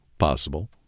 possible